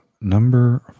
number